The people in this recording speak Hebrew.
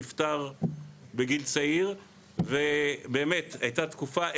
נפתר בגיל צעיר ובאמת זו הייתה תקופה.